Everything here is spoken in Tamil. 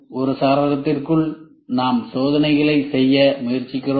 அந்த சாளரத்திற்குள் நாம் சோதனைகள் செய்ய முயற்சிக்கிறோம்